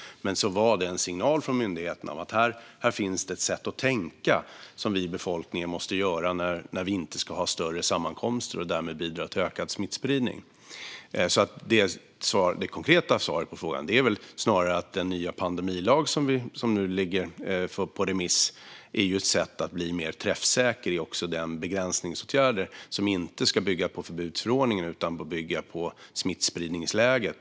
Det var en signal från myndigheterna om att det finns ett sätt att tänka som vi i befolkningen måste anamma - att vi inte ska ha större sammankomster och därmed bidra till ökad smittspridning. Det konkreta svaret på frågan är alltså snarare att den nya pandemilag som nu är ute på remiss är ett sätt att bli mer träffsäker i begränsningsåtgärder, som alltså inte ska bygga på förbudsförordningen utan på smittspridningsläget.